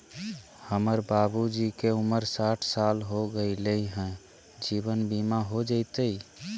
हमर बाबूजी के उमर साठ साल हो गैलई ह, जीवन बीमा हो जैतई?